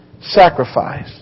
sacrifice